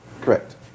Correct